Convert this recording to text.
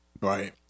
Right